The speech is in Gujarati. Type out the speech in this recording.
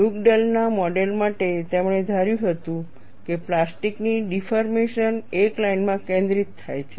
ડુગડેલના મોડેલ માટે તેમણે ધાર્યું હતું કે પ્લાસ્ટિકની ડિફોર્મેશન એક લાઈનમાં કેન્દ્રિત થાય છે